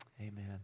Amen